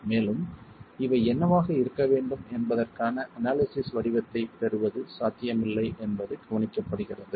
மேலும் இவை என்னவாக இருக்க வேண்டும் என்பதற்கான அனாலிசிஸ் வடிவத்தைப் பெறுவது சாத்தியமில்லை என்பது கவனிக்கப்படுகிறது